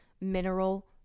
mineral